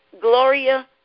Gloria